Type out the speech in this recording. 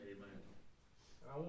Amen